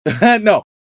No